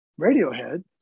Radiohead